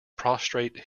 prostrate